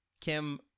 Kim